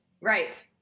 Right